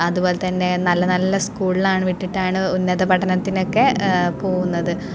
അതുപോലെ തന്നെ നല്ല നല്ല സ്കൂളിലാണ് വിട്ടിട്ടാണ് ഉന്നത പഠനത്തിനൊക്കെ പോകുന്നത്